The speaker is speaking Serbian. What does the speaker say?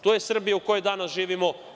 To je Srbija u kojoj danas živimo.